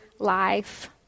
life